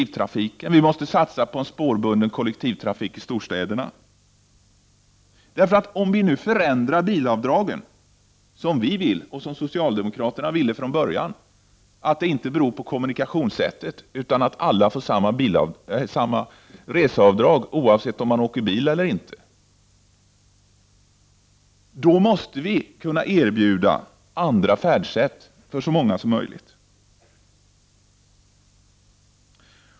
Vi måste satsa på en spårbunden kollektivtrafik i storstäderna. Om vi nu förändrar bilavdragen, som vi vill och som socialdemokraterna ville från början, så att det inte beror på kommunikationssättet, utan att alla får samma reseavdrag, då måste vi kunna erbjuda andra färdsätt för så många som möjligt.